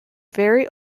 very